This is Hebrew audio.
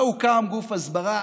לא הוקם גוף הסברה.